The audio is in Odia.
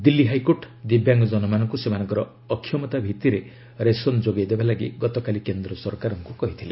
ଦିଲ୍ଲୀ ହାଇକୋର୍ଟ୍ ଦିବ୍ୟାଙ୍ଗଜନମାନଙ୍କୁ ସେମାନଙ୍କର ଅକ୍ଷମତାଭିଭିରେ ରେସନ୍ ଯୋଗାଇବା ଲାଗି ଗତକାଲି କେନ୍ଦ୍ର ସରକାରଙ୍କୁ କହିଥିଲେ